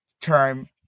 term